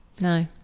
No